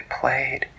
played